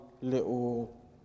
little